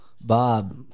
bob